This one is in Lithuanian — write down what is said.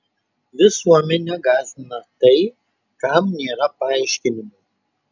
visuomenę gąsdina tai kam nėra paaiškinimo